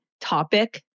topic